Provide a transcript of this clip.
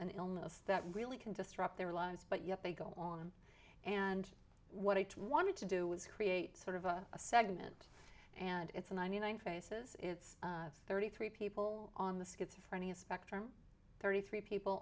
an illness that really can disrupt their lives but yet they go on and what i wanted to do was create sort of a segment and it's ninety nine faces it's thirty three people on the schizophrenia spectrum thirty three people